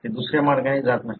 ते दुसऱ्या मार्गाने जात नाही